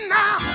now